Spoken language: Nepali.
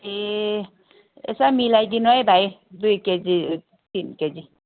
ए यसो मिलाइदिनु है भाइ दुई केजी तिन केजी